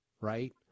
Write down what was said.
right